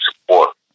support